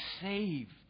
saved